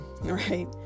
right